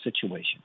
situation